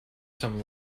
some